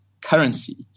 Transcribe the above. currency